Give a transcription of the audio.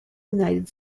united